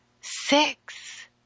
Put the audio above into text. Six